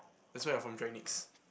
that's why you're from